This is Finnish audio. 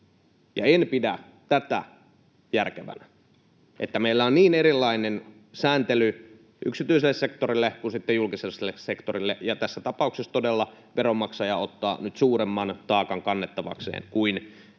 En pidä tätä järkevänä, että meillä on niin erilainen sääntely yksityiselle sektorille kuin julkiselle sektorille. Tässä tapauksessa todella veronmaksaja ottaa nyt suuremman taakan kannettavakseen kuin yksityisellä